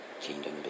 kingdom